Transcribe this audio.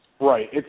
Right